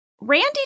Randy